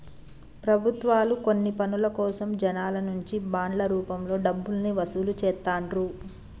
ప్రభుత్వాలు కొన్ని పనుల కోసం జనాల నుంచి బాండ్ల రూపంలో డబ్బుల్ని వసూలు చేత్తండ్రు